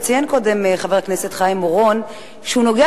ציין קודם חבר הכנסת חיים אורון שהוא נוגע